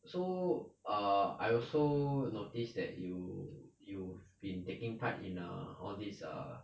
so err I also notice that you you've been taking part in err all these err